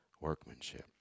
workmanship